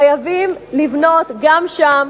חייבים לבנות גם שם,